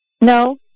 No